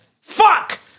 fuck